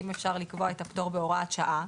אולי אפשר לקבוע את הפטור בהוראת שעה,